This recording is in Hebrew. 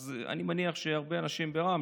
אז אני מניח שהרבה אנשים ברע"מ,